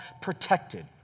protected